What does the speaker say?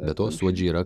be to suodžiai yra